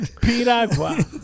Piragua